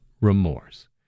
remorse